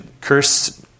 cursed